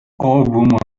old